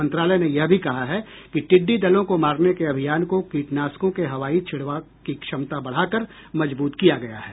मंत्रालय ने यह भी कहा है कि टिड्डी दलों को मारने के अभियान को कीटनाशकों के हवाई छिड़काव की क्षमता बढ़ाकर मजबूत किया गया है